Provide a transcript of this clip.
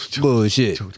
Bullshit